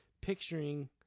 picturing